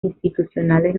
institucionales